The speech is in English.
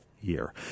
year